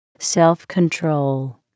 Self-control